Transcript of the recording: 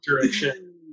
direction